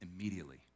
immediately